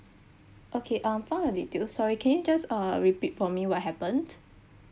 okay I've found your details sorry can you just uh repeat for me what happened